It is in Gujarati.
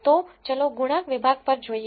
તો ચાલો ગુણાંક વિભાગ પર જઈએ